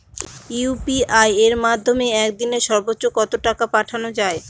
UPI এর মাধ্যমে এক দিনে সর্বচ্চ কত টাকা পাঠানো যায়?